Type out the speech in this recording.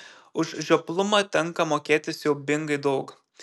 už žioplumą tenka mokėti siaubingai daug